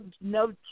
no